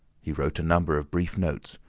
he wrote a number of brief notes,